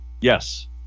Yes